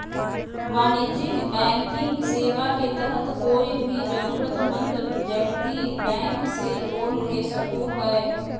वाणिज्यिक बैंकिंग सेवा के तहत कोय भी जरूरतमंद व्यक्ति बैंक से लोन ले सको हय